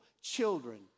children